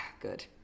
good